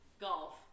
golf